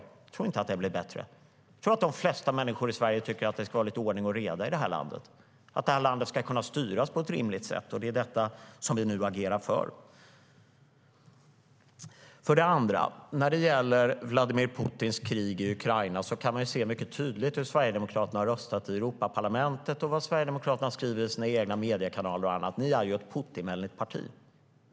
Jag tror inte att det blir bättre. Jag tror att de flesta människor i Sverige tycker att det ska vara lite ordning och reda i det här landet och att landet ska kunna styras på ett rimligt sätt. Det är detta som vi nu agerar för. När det gäller Vladimir Putins krig i Ukraina kan man se mycket tydligt hur Sverigedemokraterna har röstat i Europaparlamentet och vad Sverigedemokraterna skriver i sina egna mediekanaler och annat. Ni är ett Putinvänligt parti.